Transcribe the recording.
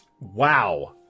Wow